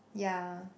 yeah